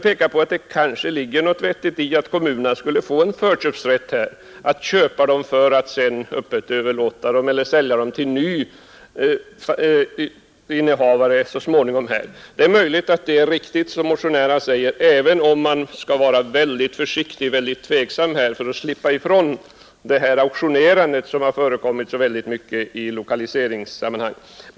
Det ligger något vettigt i tanken att kommunerna skulle få förtursrätt att köpa sådana lokaler för att så småningom öppet överlåta eller sälja dem till en ny innehavare. Det är möjligt att det är riktigt som motionärerna säger, men man bör vara mycket försiktig och tveksam för att slippa ifrån det auktionerande som ofta har förekommit i lokaliseringssammanhang.